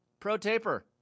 Protaper